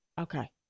Okay